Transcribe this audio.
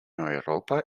europa